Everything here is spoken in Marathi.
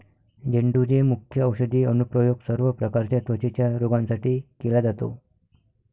झेंडूचे मुख्य औषधी अनुप्रयोग सर्व प्रकारच्या त्वचेच्या रोगांसाठी केला जातो